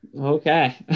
Okay